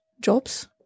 jobs